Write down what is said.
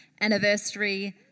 anniversary